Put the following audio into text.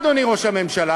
אדוני ראש הממשלה,